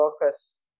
workers